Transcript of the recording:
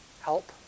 Help